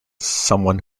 someone